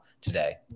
today